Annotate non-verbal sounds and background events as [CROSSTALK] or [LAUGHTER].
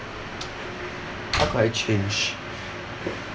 [NOISE] what could I change